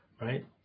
right